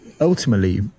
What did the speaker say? ultimately